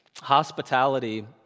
hospitality